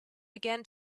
began